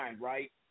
right